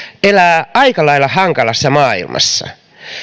elää aika lailla hankalassa maailmassa